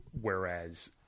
Whereas